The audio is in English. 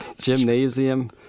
gymnasium